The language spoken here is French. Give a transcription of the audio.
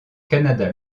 canada